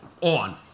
on